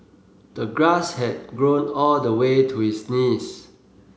the grass had grown all the way to his knees